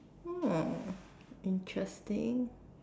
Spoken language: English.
oh interesting